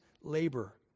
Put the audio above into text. labor